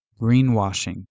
greenwashing